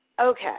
Okay